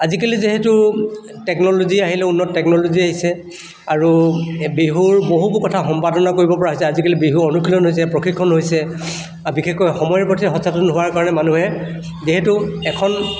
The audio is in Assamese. আজিকালি যিহেতু টেকন'লজি আহিল উন্নত টেকনল'জি আহিছে আৰু এই বিহুৰ বহুবোৰ কথা সম্পাদনা কৰিব পৰা হৈছে আজিকালি বিহু অনুশীলন হৈছে প্ৰশিক্ষণ হৈছে আৰু বিশেষকৈ সময়ৰ প্ৰতি সচেতন হোৱাৰ কাৰণে মানুহে যিহেতু এখন